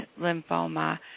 lymphoma